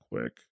quick